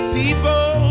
people